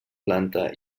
planta